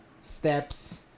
steps